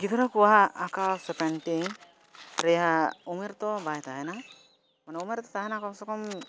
ᱜᱤᱫᱽᱨᱟᱹ ᱠᱚᱣᱟᱜ ᱟᱸᱠᱟᱣ ᱥᱮ ᱨᱮᱭᱟᱜ ᱩᱢᱮᱨ ᱫᱚ ᱵᱟᱭ ᱛᱟᱦᱮᱱᱟ ᱩᱢᱮᱨ ᱫᱚ ᱛᱟᱦᱮᱱᱟ ᱠᱚᱢ ᱥᱮ ᱠᱚᱢ